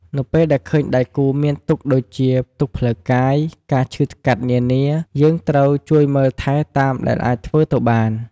នៅពេលដែលឃើញដៃគូរមានទុក្ខដូចជា ទុក្ខផ្លូវកាយ ការឈឺស្កាត់នានាយើងត្រូវជួយមើលថែតាមដែលអាចធ្វើទៅបាន។